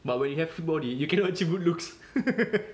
but when you have the body you cannot achieve good looks